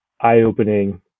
eye-opening